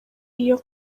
iyo